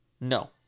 No